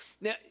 Now